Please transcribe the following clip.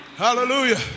Hallelujah